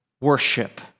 worship